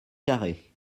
carrées